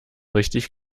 richtig